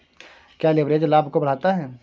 क्या लिवरेज लाभ को बढ़ाता है?